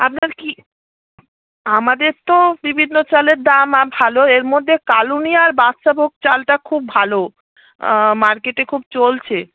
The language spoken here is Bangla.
আপনার কী আমাদের তো বিভিন্ন চালের দাম ভালো এর মধ্যে কালুনিয়া আর বাদশাভোগ চালটা খুব ভালো মার্কেটে খুব চলছে